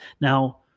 Now